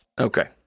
Okay